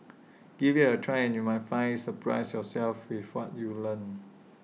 give IT A try and you might find surprise yourself with what you learn